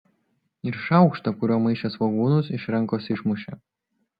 ir šaukštą kuriuo maišė svogūnus iš rankos išmušė